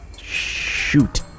Shoot